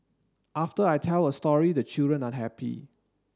after I tell a story the children are happy